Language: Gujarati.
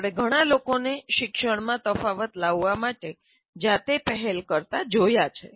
આપણે ઘણા લોકોને શિક્ષણમાં તફાવત લાવવા માટે જાતે પહેલ કરતા જોયા છે